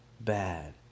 bad